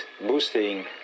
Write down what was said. boosting